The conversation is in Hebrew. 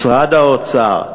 משרד האוצר,